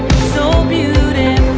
so beautiful